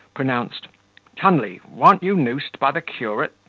pronounced tunley warn't you noosed by the curate?